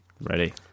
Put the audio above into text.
Ready